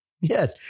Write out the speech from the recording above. Yes